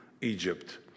Egypt